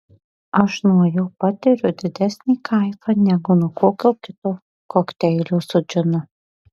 aš nuo jo patiriu didesnį kaifą negu nuo kokio kito kokteilio su džinu